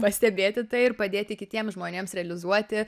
pastebėti tai ir padėti kitiems žmonėms realizuoti